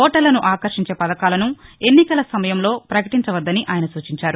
ఓటర్లను ఆకర్టించే పథకాలను ఎన్నికల సమయంలో ప్రకటీంచవద్దని ఆయన సూచించారు